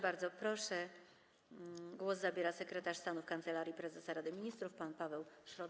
Bardzo proszę, głos zabierze sekretarz stanu w Kancelarii Prezesa Rady Ministrów pan Paweł Szrot.